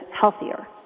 healthier